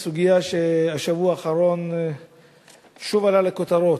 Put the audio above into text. בסוגיה שבשבוע האחרון שוב עלתה לכותרות,